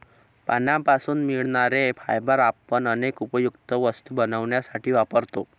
पानांपासून मिळणारे फायबर आपण अनेक उपयुक्त वस्तू बनवण्यासाठी वापरतो